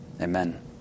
Amen